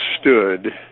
stood